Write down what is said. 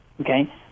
Okay